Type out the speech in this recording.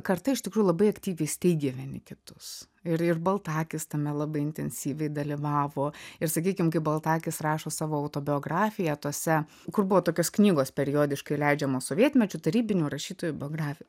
karta iš tikrųjų labai aktyviai steigė vieni kitus ir ir baltakis tame labai intensyviai dalyvavo ir sakykim kai baltakis rašo savo autobiografiją tose kur buvo tokios knygos periodiškai leidžiamos sovietmečiu tarybinių rašytojų biografijos